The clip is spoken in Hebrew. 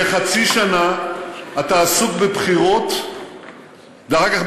כחצי שנה אתה עסוק בבחירות ואחר כך,